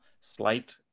slight